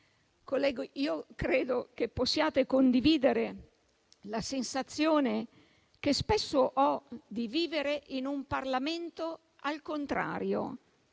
Colleghi, credo che possiate condividere la sensazione, che spesso ho, di vivere in un Parlamento al contrario